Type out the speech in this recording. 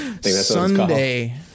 Sunday